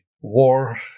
war